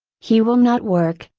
he will not work,